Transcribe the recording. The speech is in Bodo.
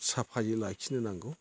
साफायै लाखिनो नांगौ